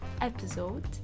episode